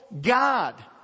God